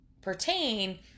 pertain